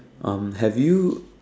um have you